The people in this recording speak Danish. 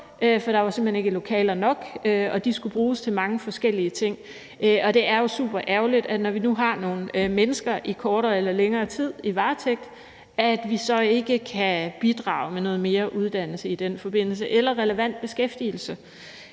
for der var simpelt hen ikke lokaler nok, og de skulle bruges til mange forskellige ting. Det er jo superærgerligt, at vi ikke, når vi nu har nogle mennesker i varetægt i kortere eller længere tid, kan bidrage med noget mere uddannelse eller relevant beskæftigelse